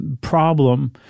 problem